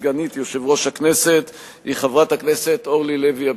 כסגנית יושב-ראש הכנסת היא חברת הכנסת אורלי לוי אבקסיס.